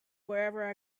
wherever